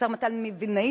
השר מתן וילנאי,